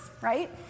right